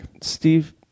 Steve